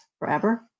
Forever